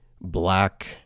black